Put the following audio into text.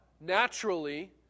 naturally